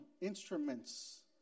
instruments